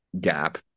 gap